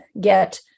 get